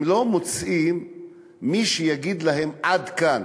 הם לא מוצאים מי שיגיד להם: עד כאן.